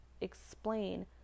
explain